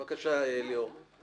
בבקשה ליאור.